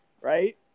right